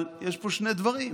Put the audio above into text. אבל יש פה שני דברים: